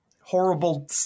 horrible